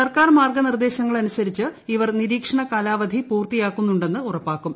സർക്കാർ മാർഗ്ഗനിർദ്ദേശങ്ങളനുസരിച്ച് ഇവർ നിരീക്ഷണ കാലാവധി പൂർത്തിയാക്കുന്നുണ്ടെന്ന് ഉറപ്പാക്കും